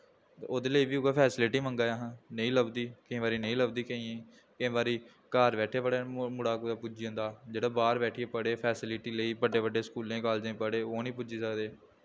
ओह्दे लेई बी उ'ऐ फैसलिटी मंगा दे हां नेईं लभदी केईं बारी नेईं लभदी केइयें गी केईं बारी घर बैठे मुड़ा कुदै पुज्जी जंदा जेह्ड़ा बाह्र बैठियै पढ़ै फैसलिटी लेई बड्डे बड्डे स्कूलें कालजें पढ़े ओह् निं पुज्जी सकदे